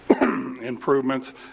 improvements